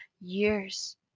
Years